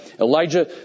Elijah